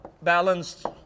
Balanced